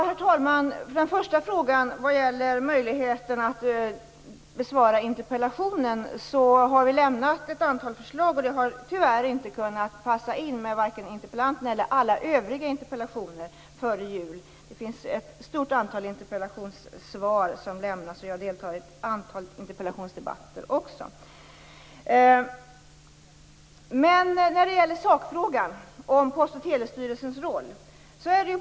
Herr talman! Först var det frågan om att besvara interpellationen. Vi har lämnat ett antal förslag, som tyvärr inte har passat vare sig interpellanten eller besvarandet av övriga interpellationer före jul. Det är ett stort antal interpellationssvar som skall lämnas, och jag skall också delta i ett antal interpellationsdebatter. Sedan var det sakfrågan, dvs. Post och telestyrelsens roll.